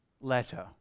letter